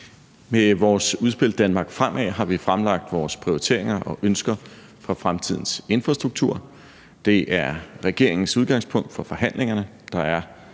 Med vores udspil »Danmark fremad« har vi fremlagt vores prioriteringer og ønsker for fremtidens infrastruktur. Det er regeringens udgangspunkt for forhandlingerne.